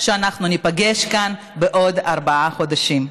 שאנחנו ניפגש כאן בעוד ארבעה חודשים.